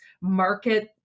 market